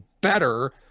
better